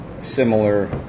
similar